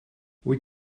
wyt